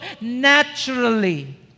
naturally